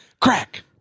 Crack